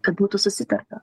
kad būtų susitarta